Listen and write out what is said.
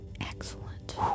Excellent